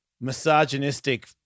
misogynistic